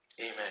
Amen